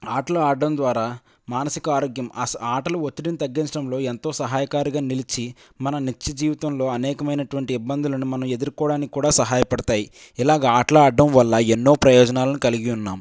ఆటలు ఆడటం ద్వారా మానసిక ఆరోగ్యం ఆటలు ఒత్తిడిని తగ్గించడంలో ఎంతో సహాయకారిగా నిలిచి మన నిత్య జీవితంలో అనేకమైనటువంటి ఇబ్బందులను మనం ఎదుర్కోవడానికి కూడా సహాయపడతాయి ఇలాగా ఆటలు ఆడటం వల్ల ఎన్నో ప్రయోజనాలను కలిగి ఉన్నాం